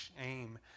shame